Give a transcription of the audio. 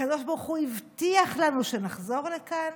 הקדוש ברוך הוא הבטיח לנו שנחזור לכאן.